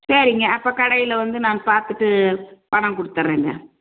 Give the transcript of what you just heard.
சரிங்க அப்போ கடையிள் வந்து நான் பார்த்துட்டு பணம் கொடுத்தர்றேங்க